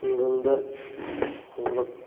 ꯈꯨꯡꯒꯪꯗ ꯍꯣꯡꯂꯛ